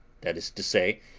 that is to say,